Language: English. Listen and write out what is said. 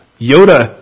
Yoda